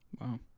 Wow